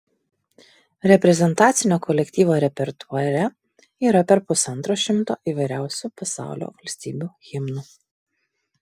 reprezentacinio kolektyvo repertuare yra per pusantro šimto įvairiausių pasaulio valstybių himnų